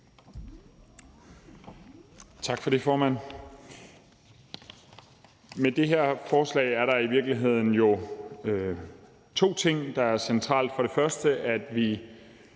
Tak for det, formand. Med det her forslag er der i virkeligheden to ting, der er centrale. Det er for det første, at vi